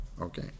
Okay